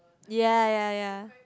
ya ya ya